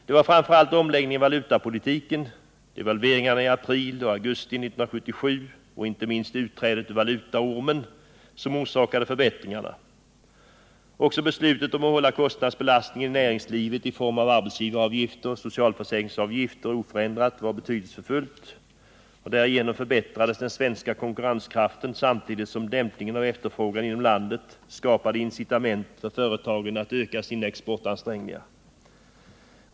Det var framför allt omläggningen av valutapolitiken — devalveringarna i april och augusti 1977 och inte minst utträdet ur valutaormen —- som åstadkom förbättringarna. Också beslutet att hålla kostnadsbelastningen i näringslivet i form av arbetsgivaravgifter och socialförsäkringsavgifter oförändrad var betydelsefullt. Därigenom förbättrades den svenska konkurrenskraften, samtidigt som dämpningen av efterfrågan inom landet skapade incitament för företagen att öka sina exportansträngningar.